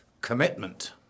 commitment